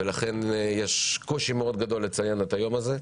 ולכן יש קושי מאוד גדול לציין את היום הזה.